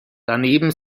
daneben